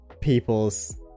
people's